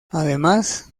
además